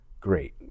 great